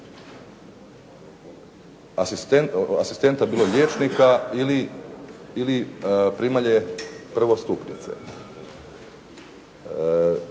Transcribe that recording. asistenta, bilo liječnika ili primalje prvostupnice.